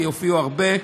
כי הופיעו הרבה,